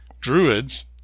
Druids